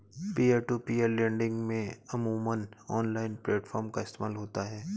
peer to peer lending में अमूमन online platform का इस्तेमाल होता है